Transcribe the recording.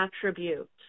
attribute